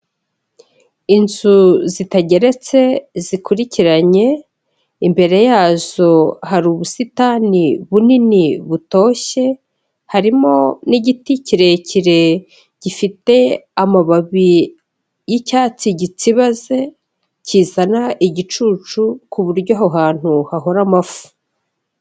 Inzu zitageretse zikurikiranye, imbere yazo hari ubusitani bunini butoshye, harimo n'igiti kirekire gifite amababi y'icyatsi gitsibaze kizana igicucu kuburyo aho hantu hahora amafu.